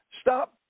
Stop